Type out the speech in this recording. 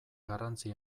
garrantzi